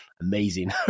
amazing